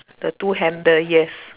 the two handle yes